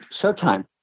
Showtime